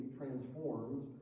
transforms